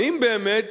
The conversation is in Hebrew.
האם באמת